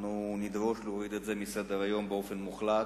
נדרוש להוריד את זה מסדר-היום באופן מוחלט.